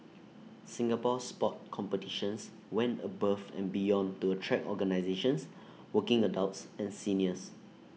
Singapore Sport competitions went above and beyond to attract organisations working adults and seniors